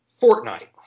Fortnite